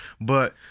But-